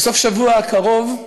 בסוף השבוע הקרוב,